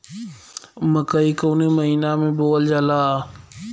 मकई कवने महीना में बोवल जाला?